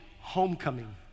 homecoming